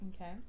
Okay